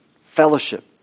fellowship